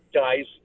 guys